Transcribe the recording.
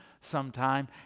sometime